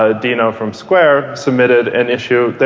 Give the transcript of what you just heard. ah dino from square submitted an issue,